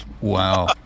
Wow